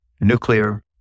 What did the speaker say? nuclear